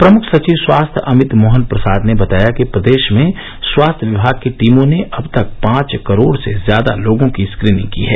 प्रमुख सचिव स्वास्थ्य अमित मोहन प्रसाद ने बताया कि प्रदेश में स्वास्थ्य विभाग की टीनों ने अब तक पांच करोड़ से ज्यादा लोगों की स्क्रीनिंग की है